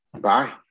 Bye